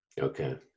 Okay